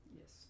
Yes